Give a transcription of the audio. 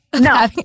No